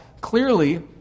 clearly